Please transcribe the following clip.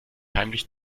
heimlich